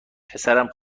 پسرم